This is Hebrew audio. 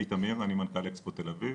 אני תמיר ואני מנכ"ל אקספו תל אביב,